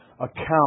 account